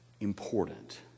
important